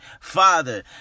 father